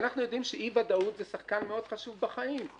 ואנחנו יודעים שאי ודאות הוא שחקן מאוד חשוב בחיים.